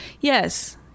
Yes